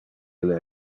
ille